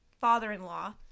father-in-law